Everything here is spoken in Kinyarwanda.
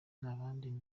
nanditse